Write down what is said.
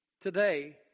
Today